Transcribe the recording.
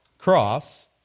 cross